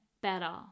better